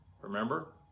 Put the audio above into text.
Remember